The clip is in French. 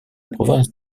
province